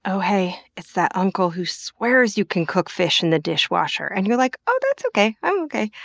oh hey, it's that uncle who swears you can cook fish in the dishwasher and you're like, oh that's okay, i'm okay,